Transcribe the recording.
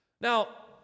Now